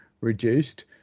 reduced